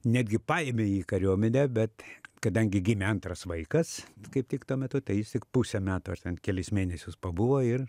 netgi paėmė jį į kariuomenę bet kadangi gimė antras vaikas kaip tik tuo metu tai jis tik pusę metų ar ten kelis mėnesius pabuvo ir